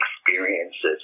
experiences